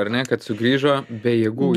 ar ne kad sugrįžo be jėgų